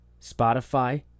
Spotify